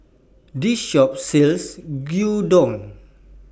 This Shop sells Gyudon